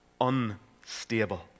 unstable